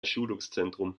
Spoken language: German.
schulungszentrum